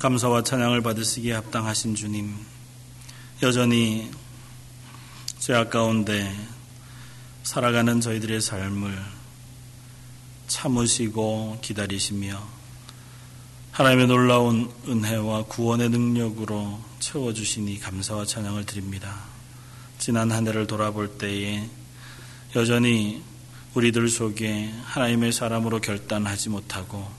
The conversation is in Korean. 감사와 찬양을 받으시기에 합당하신 주님, 여전히 죄악 가운데 살아가는 저희들의 삶을 참으시고 기다리시며 하나님의 놀라운 은혜와 구원의 능력으로 채워주시니 감사와 찬양을 드립니다. 지난 한 해를 돌아볼 때에 여전히 우리들 속에 하나님의 사람으로 결단하지 못하고